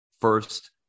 first